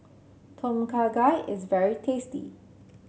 Tom Kha Gai is very tasty